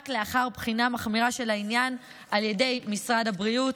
לאחר בחינה מחמירה של העניין על ידי משרד הבריאות.